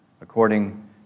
according